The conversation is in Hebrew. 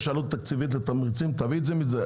יש עלות תקציבית לתמריצים תביא את זה מזה.